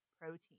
protein